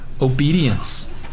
obedience